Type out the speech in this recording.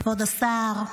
כבוד השר,